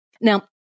Now